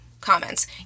comments